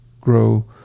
grow